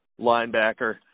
linebacker